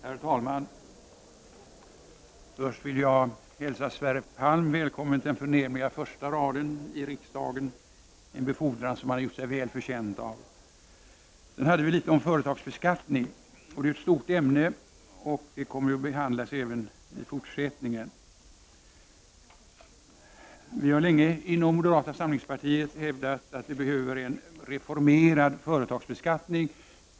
Herr talman! Först vill jag hälsa Sverre Palm välkommen till den förnämliga första raden i riksdagen, en befordran som han har gjort sig väl förtjänt av. Sedan har vi ett ärende om företagsbeskattning. Det är ett stort ämne som kommer att behandlas även i fortsättningen. I moderata samlingspartiet har vi länge hävdat att det behövs en reformering av företagsbeskattningen.